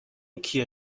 کیه